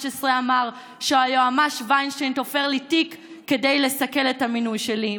אמר ב-2015 "היועמ"ש וינשטיין תופר לי תיק כדי לסכל את המינוי שלי".